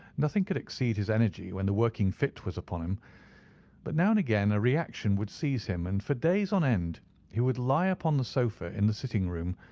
nothing could exceed his energy when the working fit was upon him but now and again a reaction would seize him, and for days on end he would lie upon the sofa in the sitting-room,